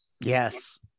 Yes